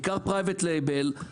בעיקר פרייבט לייבל,